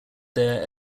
there